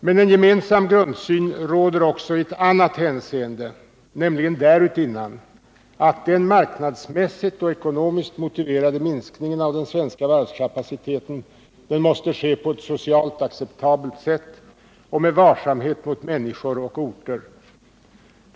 Men en gemensam grundsyn råder också i ett annat hänseende, nämligen därutinnan att den marknadsmässigt och ekonomiskt motiverade minskningen av den svenska varvskapaciteten måste ske på ett socialt acceptabelt sätt och med varsamhet mot människor och orter.